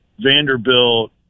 Vanderbilt